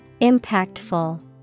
Impactful